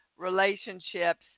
relationships